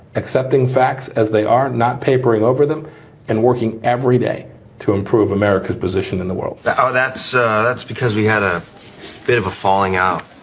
accepting facts as they are not papering over them and working every day to improve america's position in the world? but oh, that's so that's because we had a bit of a falling out.